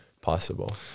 possible